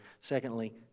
Secondly